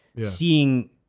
seeing